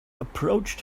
approached